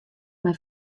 mei